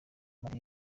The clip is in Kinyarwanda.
madrid